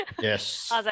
yes